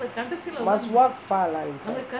must walk far lah inside